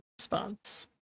response